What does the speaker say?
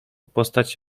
postać